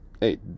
hey